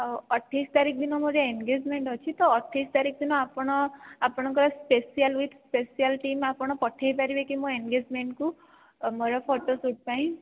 ଆଉ ଅଠେଇଶି ତାରିଖ ଦିନ ମୋର ଏନଗେଜମେଣ୍ଟ ଅଛି ତ ଅଠେଇଶି ତାରିଖ ଦିନ ଆପଣ ଆପଣଙ୍କର ସ୍ପେସିଆଲ ଉଇଥି ସ୍ପେସିଆଲ ଟିମ ଆପଣ ପଠାଇ ପାରିବେ କି ମୋ ଏନଗେଜମେଣ୍ଟକୁ ମୋର ଫଟୋ ସୁଟ ପାଇଁ